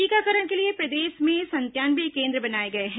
टीकाकरण के लिए प्रदेश में संतानवे केन्द्र बनाए गए हैं